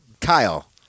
Kyle